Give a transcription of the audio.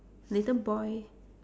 little boy